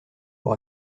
pour